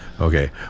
Okay